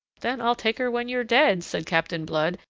then i'll take her when you're dead, said captain blood,